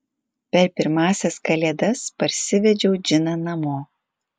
per pirmąsias kalėdas parsivedžiau džiną namo